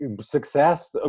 success